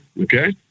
Okay